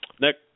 Next